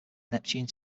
neptune